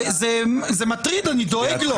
זה מטריד, אני דואג לו.